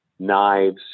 knives